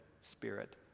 spirit